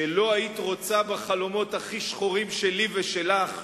שלא היית רוצה בחלומות הכי שחורים שלי ושלך,